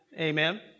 Amen